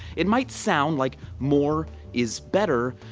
it might sound like more is better,